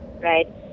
right